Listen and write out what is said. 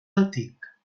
antic